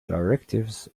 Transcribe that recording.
directives